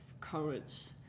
courage